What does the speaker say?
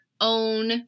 own